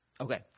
Okay